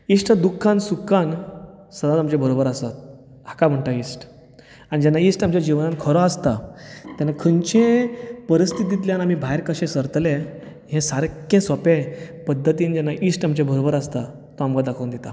इश्ट दुखांत सुखांत सहज तुजे बरोबर आसा हाका म्हणटात इश्ट आनी जेन्ना इश्ट आमच्या जिवनांत खरो आसता तेन्ना खंयचेय परिस्थितींतल्यान आमी भायर कशे सरतले हें सारके सोंपें पद्दतींन जेन्ना इश्ट आमचे आसता तो आमकां दाखोवन दितात